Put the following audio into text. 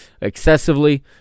excessively